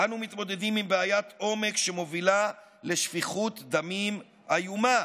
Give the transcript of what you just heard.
אנו מתמודדים עם בעיית עומק שמובילה לשפיכות דמים איומה,